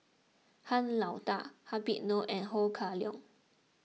Han Lao Da Habib Noh and Ho Kah Leong